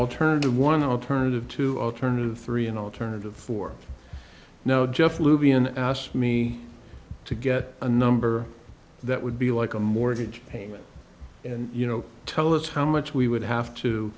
alternative one alternative to alternative three an alternative for now geoff lukian asked me to get a number that would be like a mortgage payment and you know tell us how much we would have to